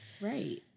Right